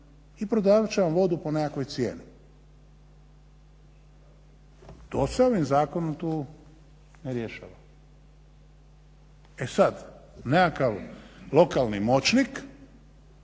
i prodavat će vam vodu po nekakvoj cijeni. To se ovim zakonom tu ne rješava. E sada nekakav lokalni moćnik